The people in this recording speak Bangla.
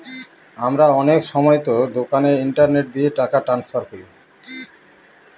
আমরা অনেক সময়তো দোকানে ইন্টারনেট দিয়ে টাকা ট্রান্সফার করি